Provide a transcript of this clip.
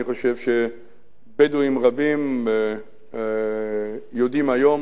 אני חושב שבדואים רבים יודעים היום